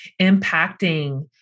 impacting